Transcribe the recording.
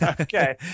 okay